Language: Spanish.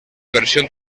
versión